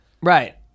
Right